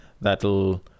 that'll